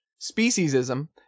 speciesism